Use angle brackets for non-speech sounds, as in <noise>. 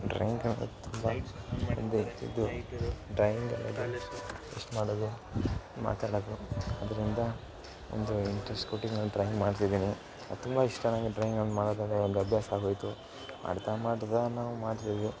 drawing ಅಂದ್ರೆ ತುಂಬ <unintelligible> ಇದು ಡ್ರಾಯಿಂಗ್ <unintelligible> ಇಷ್ಟು ಮಾಡೋದು ಮಾತಾಡೋದು ಇದರಿಂದ ಒಂದು ಇಂಟ್ರಸ್ಟ್ ಕೊಟ್ಟು ನಾನು ಡ್ರಾಯಿಂಗ್ ಮಾಡ್ತಿದ್ದೀನಿ ಅದು ತುಂಬ ಇಷ್ಟ ನಂಗೆ ಡ್ರಾಯಿಂಗ್ ಒಂದು ಮಾಡೋದು ಅಂದರೆ ಒಂದು ಅಭ್ಯಾಸ ಆಗೋಯಿತು ಮಾಡ್ತಾ ಮಾಡ್ತಾ ನಾವು ಮಾಡ್ತಿದ್ವಿ <unintelligible>